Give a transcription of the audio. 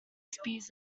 spears